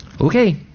Okay